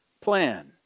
plan